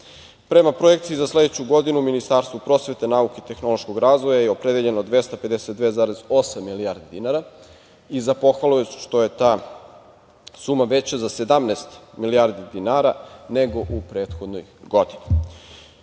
projekciji za sledeću godinu, Ministarstvu prosvete, nauke i tehnološkog razvoja je opredeljeno 252,8 milijardi dinara i za pohvalu je to što je ta suma veća za 17 milijardi dinara nego u prethodnoj